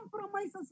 compromises